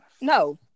No